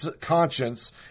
conscience